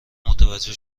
متوجه